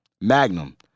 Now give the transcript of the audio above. Magnum